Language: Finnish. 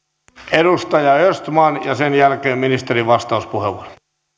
edustaja östman ja sen jälkeen ministerin vastauspuheenvuoro